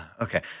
okay